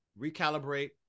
recalibrate